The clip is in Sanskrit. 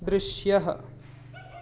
दृश्यः